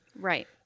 Right